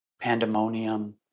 pandemonium